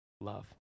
love